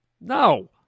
No